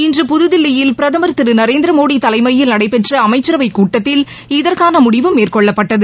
இன்று புத்தில்லியில் பிரதமர் திரு நரேந்திரமோடி தலைமையில் நடைபெற்ற அமைச்சரவைக்கூட்டத்தில் இதற்கான முடிவு மேற்கொள்ளப்பட்டது